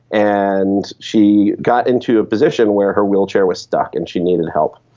and she got into a position where her wheelchair was stuck and she needed help.